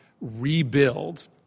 rebuild